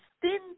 thin